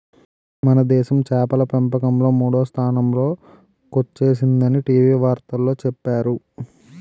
మనదేశం చేపల పెంపకంలో మూడో స్థానంలో కొచ్చేసిందని టీ.వి వార్తల్లో చెప్పేరు